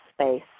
space